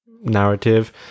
narrative